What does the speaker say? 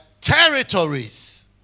territories